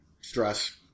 stress